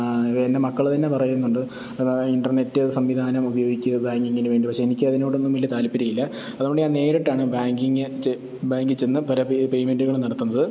എൻ്റെ മക്കൾ തന്നെ പറയുന്നുണ്ട് അത് ഇൻറ്റർനെറ്റ് സംവിധാനം ഉപയോഗിക്ക് ബാങ്കിങ്ങിനു വേണ്ടി പക്ഷെ എനിക്കതിനോടൊന്നും വലിയ താൽപ്പര്യം ഇല്ല അതു കൊണ്ടു ഞാൻ നേരിട്ടാണ് ബാങ്കിങ് ബാങ്കിൽച്ചെന്നു പല പേയ്മെൻറ്റുകൾ നടത്തുന്നത്